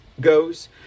goes